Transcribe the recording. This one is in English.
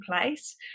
place